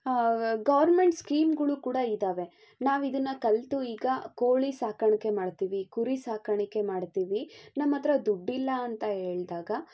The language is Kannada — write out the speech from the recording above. ಗೌರ್ಮೆಂಟ್ ಸ್ಕೀಮ್ಗಳು ಕೂಡ ಇದ್ದಾವೆ ನಾವಿದನ್ನು ಕಲಿತು ಈಗ ಕೋಳಿ ಸಾಕಾಣಿಕೆ ಮಾಡ್ತೀವಿ ಕುರಿ ಸಾಕಾಣಿಕೆ ಮಾಡ್ತೀವಿ ನಮ್ಮತ್ತಿರ ದುಡ್ಡಿಲ್ಲ ಅಂತ ಹೇಳ್ದಾಗ